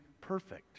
perfect